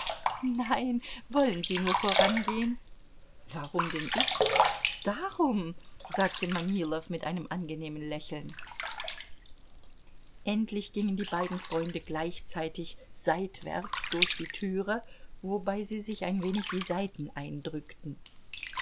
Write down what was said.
nein wollen sie nur vorangehen warum denn ich darum sagte manilow mit einem angenehmen lächeln endlich gingen die beiden freunde gleichzeitig seitwärts durch die türe wobei sie sich ein wenig die seiten eindrückten